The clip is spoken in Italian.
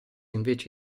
invece